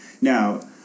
now